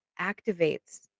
activates